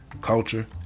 culture